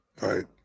Right